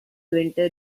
winter